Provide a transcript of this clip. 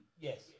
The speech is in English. Yes